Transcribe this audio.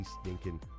stinking